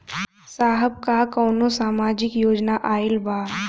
साहब का कौनो सामाजिक योजना आईल बा?